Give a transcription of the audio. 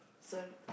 sir